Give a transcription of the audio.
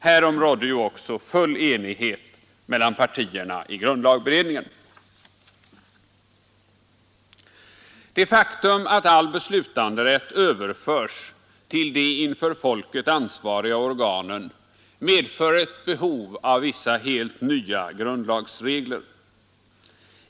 Härom rådde ju också full enighet mellan partierna i grundlagberedningen. Det faktum att all beslutanderätt överförs till de inför folket ansvariga organen medför ett behov av vissa helt nya regler.